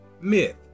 Myth